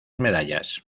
medallas